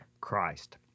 Christ